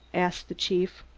asked the chief.